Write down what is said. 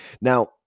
Now